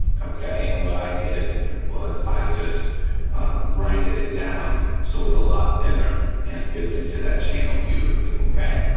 okay? and what i did was i just grinded it down so it's a lot thinner and fits into that channel beautifully, okay?